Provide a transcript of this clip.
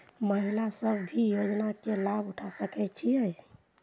महिला सब भी योजना के लाभ उठा सके छिईय?